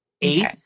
eight